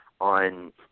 on